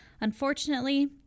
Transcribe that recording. Unfortunately